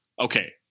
Okay